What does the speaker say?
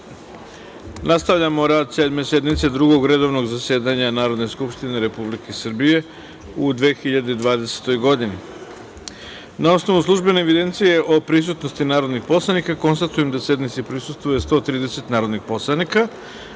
nastavljamo rad Sedme sednice Drugog redovnog zasedanja Narodne skupštine Republike Srbije u 2020. godini. Na osnovu službene evidencije o prisutnosti narodnih poslanika, konstatujem da sednici prisustvuje 130 narodnih poslanika. Radi